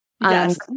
Yes